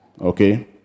Okay